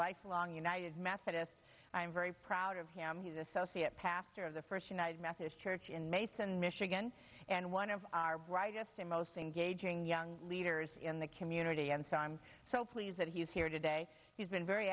lifelong united methodist i'm very proud of him he's associate pastor of the first united methodist church in mason michigan and one of our brightest and most engaging young leaders in the community and so i'm so pleased that he is here today he's been very